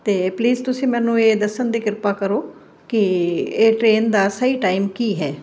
ਤਾਂ ਪਲੀਜ਼ ਤੁਸੀਂ ਮੈਨੂੰ ਇਹ ਦੱਸਣ ਦੀ ਕਿਰਪਾ ਕਰੋ ਕਿ ਇਹ ਟਰੇਨ ਦਾ ਸਹੀ ਟਾਈਮ ਕੀ ਹੈ